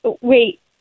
Wait